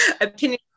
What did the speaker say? opinion